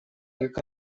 так